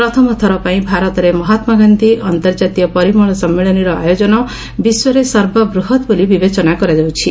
ପ୍ରଥମ ଥରପାଇଁ ଭାରତରେ ମହାତ୍ଲାଗାନ୍ଧି ଅନ୍ତର୍କାତୀୟ ପରିମଳ ସମ୍ମିଳନୀର ଆୟୋଜନ ବିଶ୍ୱରେ ସର୍ବବୃହତ୍ ବୋଲି ବିବେଚନା କରାଯାଉଛି